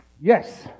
Yes